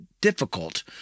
difficult